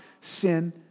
sin